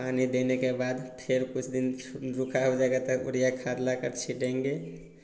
पानी देने के बाद फ़िर कुछ दिन रूखा हो जाएगा तब उरिया खाद लाकर छींटेंगे